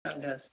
ادٕ حظ